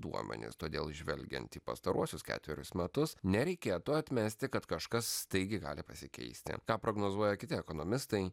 duomenis todėl žvelgiant į pastaruosius ketverius metus nereikėtų atmesti kad kažkas staigiai gali pasikeisti ką prognozuoja kiti ekonomistai